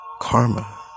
karma